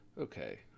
okay